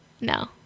No